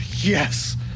yes